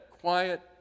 quiet